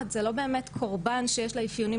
אמרנו ההורים,